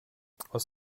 aus